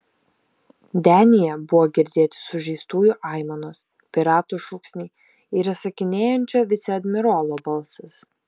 denyje buvo girdėti sužeistųjų aimanos piratų šūksniai ir įsakinėjančio viceadmirolo balsas